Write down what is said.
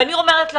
ואני אומרת לכם,